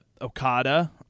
Okada